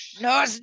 no